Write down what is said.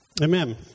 Amen